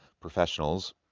professionals